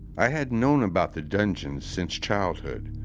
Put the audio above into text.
i had known about the dungeon since childhood,